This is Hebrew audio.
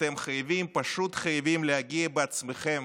אתם חייבים, פשוט חייבים, להגיע בעצמכם